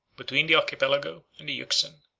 between the archipelago and the euxine.